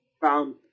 found